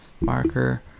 Marker